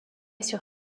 sur